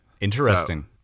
Interesting